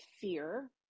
fear